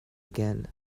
again